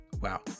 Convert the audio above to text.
Wow